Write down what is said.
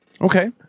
Okay